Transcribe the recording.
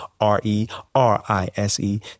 R-E-R-I-S-E